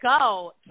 go